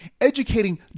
educating